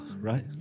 right